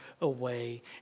away